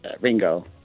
Ringo